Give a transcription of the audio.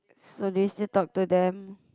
so do you still talk to them